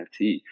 NFT